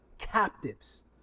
captives